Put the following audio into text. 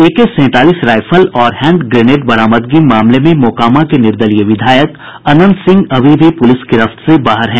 एके सैंतालीस राइफल और hand grenade बरामदगी मामले में मोकामा के निर्दलीय विधायक अंनत सिंह अभी भी पुलिस गिरफ्त से बाहर हैं